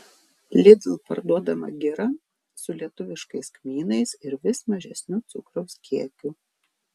lidl parduodama gira su lietuviškais kmynais ir vis mažesniu cukraus kiekiu